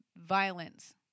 violence